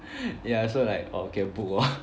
ya so like I'll get p~ ah